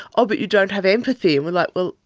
oh, but you don't have empathy, and we're like, well,